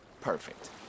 Perfect